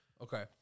Okay